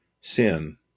sin